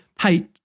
Hey